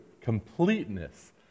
completeness